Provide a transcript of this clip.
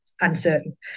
Uncertain